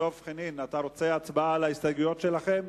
דב חנין, אתה רוצה הצבעה על ההסתייגויות שלכם?